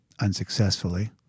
unsuccessfully